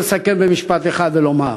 אני רוצה לסכם במשפט אחד ולומר: